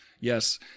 Yes